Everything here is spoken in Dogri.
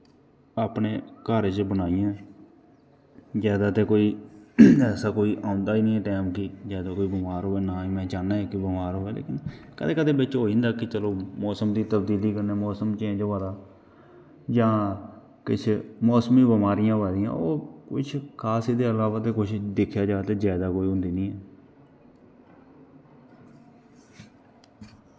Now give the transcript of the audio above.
अपने गर च बनाईयां जादा ते कोई ऐसा कोई औंदा गै नी ऐ टैम कि जादा कोई बमार होऐ ना गै में चाह्न्नां ऐं कि कोई बमार होऐ लेकिन कदैं कदैं बिच्च होई जंदा कि चलो मौसम दी तबदीली कन्नै मौसम चेंज होआ दा जां किश मौसमी बमारियां होआ दियां ओह् कुछ खास एह्दे इलावा ते कुछ दिक्खेआ जा ते जादै कुछ होंदा नी ऐ